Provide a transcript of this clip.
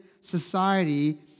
society